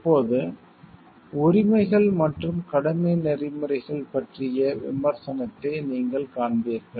இப்போது உரிமைகள் மற்றும் கடமை நெறிமுறைகள் பற்றிய விமர்சனத்தை நீங்கள் காண்பீர்கள்